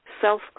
self